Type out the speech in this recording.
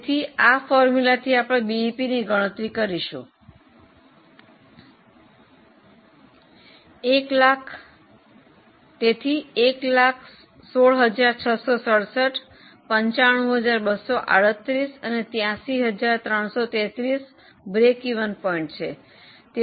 તેથી આ સૂત્રથી આપણે બીઈપીની ગણતરી કરીશું તેથી 116667 95238 અને 83333 સમતૂર બિંદુ છે